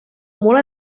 molt